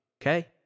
Okay